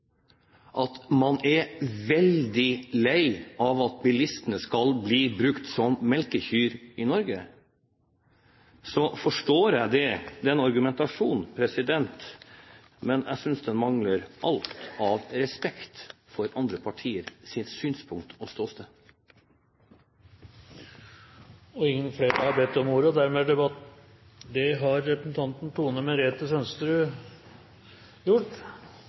at man er veldig lei av at bilistene skal bli brukt som melkekyr i Norge, så forstår jeg den argumentasjonen, men jeg synes den mangler alt av respekt for andre partiers synspunkt og ståsted. Flere har ikke bedt om ordet … Det har representanten Tone Merete Sønsterud gjort.